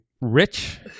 Rich